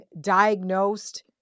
diagnosed